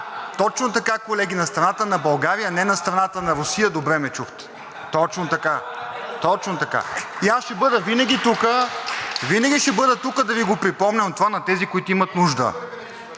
точно така, колеги, на страната на България, а не на страната на Русия. Добре ме чухте. Точно така, точно така! (Ръкопляскания от ДБ.) И аз ще бъда винаги тук, винаги ще бъда тук да Ви го припомням това, на тези, които имат нужда.